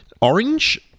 Orange